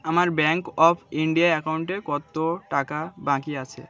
আমার bank of India অ্যাকাউন্টে কত টাকা বাকি আছে